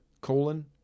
colon